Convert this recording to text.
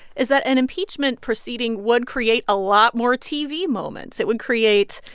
is that an impeachment proceeding would create a lot more tv moments. it would create.